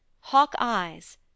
hawk-eyes